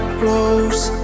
close